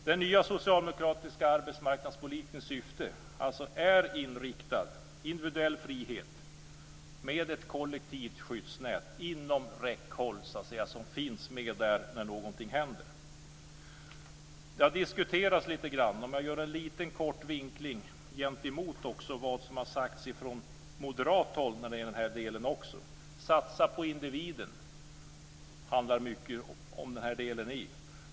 Den nya socialdemokratiska arbetsmarknadspolitiken är inriktad på individuell frihet med ett kollektivt skyddsnät inom räckhåll om någonting händer. Jag kan göra en liten kort vinkling mot det som har sagts från moderat håll. Man säger: Satsa på individen. Det handlar mycket om det i den här delen.